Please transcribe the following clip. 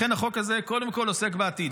לכן החוק הזה קודם כול עוסק בעתיד.